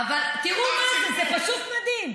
אבל תראו מה זה, זה פשוט מדהים.